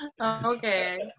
okay